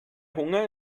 hunger